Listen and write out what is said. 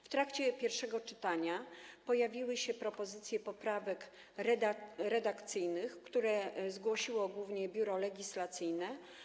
W trakcie pierwszego czytania pojawiły się propozycje poprawek redakcyjnych, które zgłosiło głównie Biuro Legislacyjne.